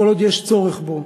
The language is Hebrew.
כל עוד יש צורך בו,